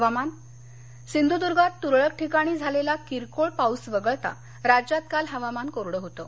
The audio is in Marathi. हवामान सिंधुदुर्गात तुरळक ठिकाणी झालेला किरकोळ पाऊस वगळता राज्यात काल हवामान कोरडं होतं